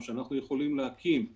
אני אומנם כתבתי לי את זה כאן לסיכום,